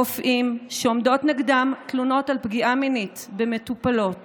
רופאים שעומדות נגדם תלונות על פגיעה מינית במטופלות